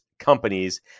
companies